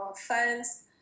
fans